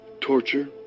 torture